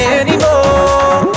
anymore